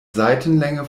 seitenlänge